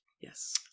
Yes